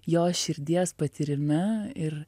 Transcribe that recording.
jo širdies patyrime ir